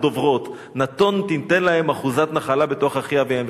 דֹברוֹת נתֹן תִתן להם אחֻזת נחלה בתוך אחי אביהם".